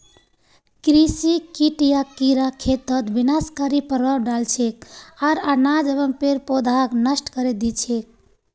कृषि कीट या कीड़ा खेतत विनाशकारी प्रभाव डाल छेक आर अनाज एवं पेड़ पौधाक नष्ट करे दी छेक